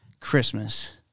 Christmas